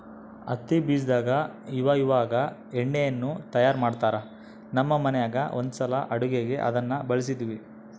ಹತ್ತಿ ಬೀಜದಾಗ ಇವಇವಾಗ ಎಣ್ಣೆಯನ್ನು ತಯಾರ ಮಾಡ್ತರಾ, ನಮ್ಮ ಮನೆಗ ಒಂದ್ಸಲ ಅಡುಗೆಗೆ ಅದನ್ನ ಬಳಸಿದ್ವಿ